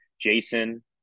Jason